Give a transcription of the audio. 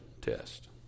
test